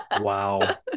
Wow